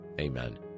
Amen